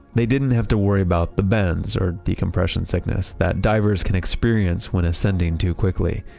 they didn't have to worry about the bends or decompression sickness that divers can experience when ascending too quickly.